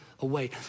Away